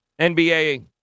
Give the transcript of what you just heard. NBA